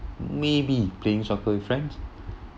maybe playing soccer with friends